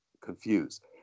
confused